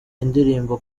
indirimbo